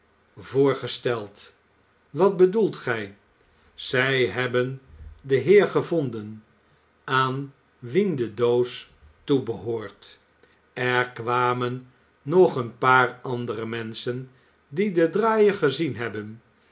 wat bedoelt gij ze hebben den heer gevonden aan wien de doos toebehoort er kwamen nog een paar andere menschen die den draaier gezien hebben